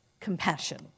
compassion